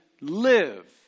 live